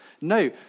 No